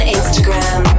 Instagram